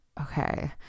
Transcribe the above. Okay